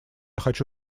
хочу